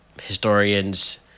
Historians